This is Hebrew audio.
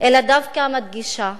אלא דווקא מדגישה